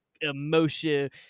emotion